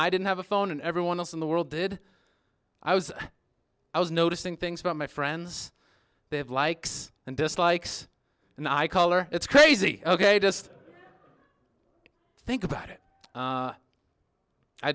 i didn't have a phone and everyone else in the world did i was i was noticing things about my friends they have likes and dislikes and i color it's crazy ok just think about it